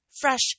fresh